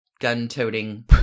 Gun-toting